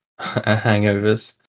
hangovers